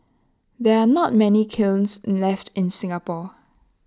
there are not many kilns left in Singapore